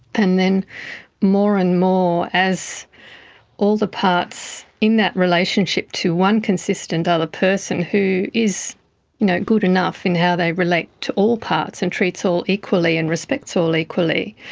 and then more and more as all the parts in that relationship to one consistent other person, who is you know good enough in how they relate to all parts and treats all equally and respects all equally,